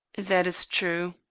that is true,